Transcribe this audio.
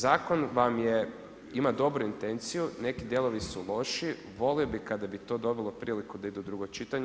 Zakon vam je ima dobro intenciju, neki dijelovi su loši, volio bi kada bi to dobilo priliku da ide u drugo čitanje.